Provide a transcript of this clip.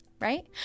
Right